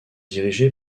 dirigé